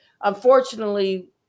unfortunately